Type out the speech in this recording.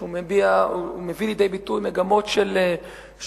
שהוא מביא לידי ביטוי מגמות של שנים,